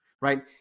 right